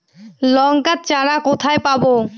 লঙ্কার চারা কোথায় পাবো?